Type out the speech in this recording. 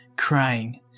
crying